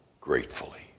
gratefully